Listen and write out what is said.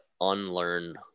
unlearn